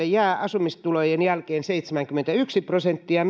jää asumismenojen jälkeen seitsemänkymmentäyksi prosenttia